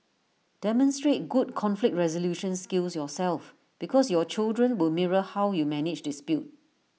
demonstrate good conflict resolution skills yourself because your children will mirror how you manage dispute